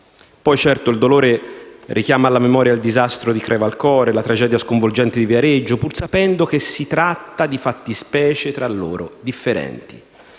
Certo il dolore richiama alla memoria il disastro di Crevalcore e la tragedia sconvolgente di Viareggio, pur sapendo che si tratta di fattispecie tra loro differenti.